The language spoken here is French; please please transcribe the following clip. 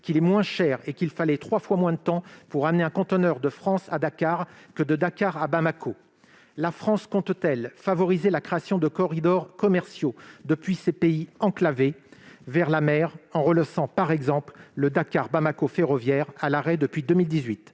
qu'il est moins cher et trois fois moins long de transporter un conteneur de France à Dakar que de Dakar à Bamako. La France compte-t-elle favoriser la création de corridors commerciaux depuis ces pays enclavés vers la mer, en relançant par exemple le Dakar-Bamako ferroviaire, à l'arrêt depuis 2018 ?